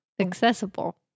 Accessible